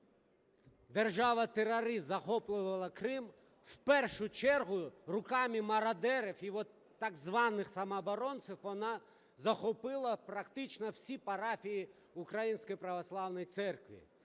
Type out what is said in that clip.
держава-терорист захоплювала Крим, в першу чергу руками мародерів і от так званих самооборонців вона захопила практично всі парафії Української православної церкви.